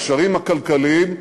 הקשרים הכלכליים,